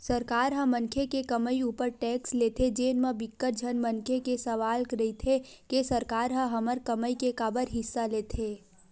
सरकार ह मनखे के कमई उपर टेक्स लेथे जेन म बिकट झन मनखे के सवाल रहिथे के सरकार ह हमर कमई के काबर हिस्सा लेथे